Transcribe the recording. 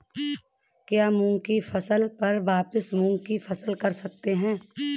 क्या मूंग की फसल पर वापिस मूंग की फसल कर सकते हैं?